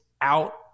out